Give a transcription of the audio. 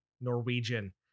Norwegian